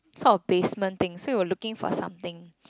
sort of basement thing so you were looking for something